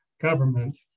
government